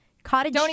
Cottage